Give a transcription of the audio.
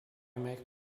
make